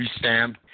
restamped